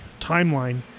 timeline